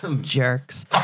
Jerks